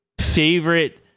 favorite